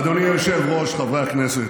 אדוני היושב-ראש, חברי הכנסת,